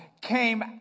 came